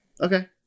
okay